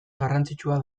garrantzitsua